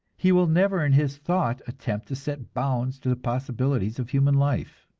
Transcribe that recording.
he will never in his thought attempt to set bounds to the possibilities of human life.